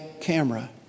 camera